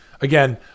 again